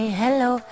hello